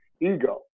ego